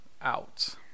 out